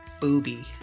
Booby